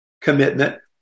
commitment